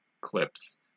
clips